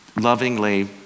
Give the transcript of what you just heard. lovingly